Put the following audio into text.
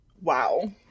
Wow